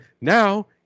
now